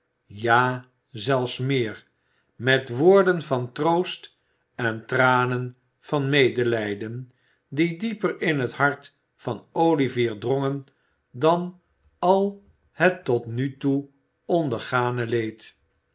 ja zelfs meer met woorden van troost en tranen van medelijden die dieper in het hart van olivier drongen dan al het tot nu toe ondergane leed